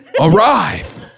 arrive